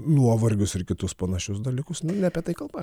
nuovargius ir kitus panašius dalykus nu ne apie tai kalba aišku